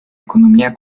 economía